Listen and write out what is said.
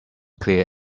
clear